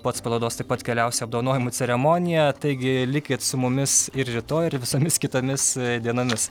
pats parodos taip pat galiausiai apdovanojimų ceremoniją taigi likit su mumis ir rytoj ir visomis kitomis dienomis